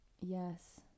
Yes